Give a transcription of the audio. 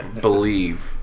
believe